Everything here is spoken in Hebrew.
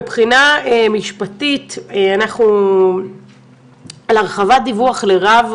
מבחינה משפטית על הרחבת דיווח לרב,